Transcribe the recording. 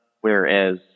whereas